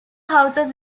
houses